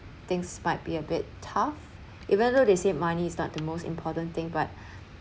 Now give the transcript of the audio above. things might be a bit tough even though they said money is not the most important thing but